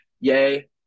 yay